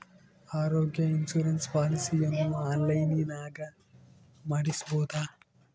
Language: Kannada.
ಆರೋಗ್ಯ ಇನ್ಸುರೆನ್ಸ್ ಪಾಲಿಸಿಯನ್ನು ಆನ್ಲೈನಿನಾಗ ಮಾಡಿಸ್ಬೋದ?